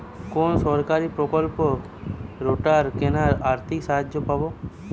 কোন সরকারী প্রকল্পে রোটার কেনার আর্থিক সাহায্য পাব?